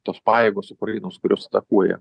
tos pajėgos ukrainos kurios atakuoja